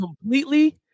completely